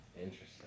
Interesting